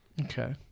Okay